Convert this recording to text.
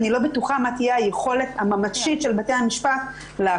אני לא בטוחה מה תהיה היכולת הממשית של בתי המשפט לעקוב.